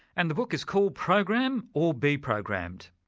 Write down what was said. and the book is called program or be programmed.